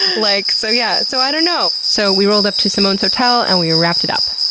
like so yeah so you know so, we rolled up to simone's hotel and we wrapped it up.